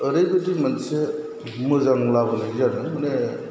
ओरैबादि मोनसे मोजां लाबोनाय जादों माने